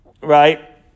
right